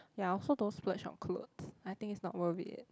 ya I also don't splurge on clothes I think it's not worth it